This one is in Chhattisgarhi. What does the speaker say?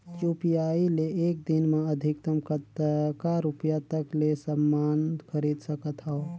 यू.पी.आई ले एक दिन म अधिकतम कतका रुपिया तक ले समान खरीद सकत हवं?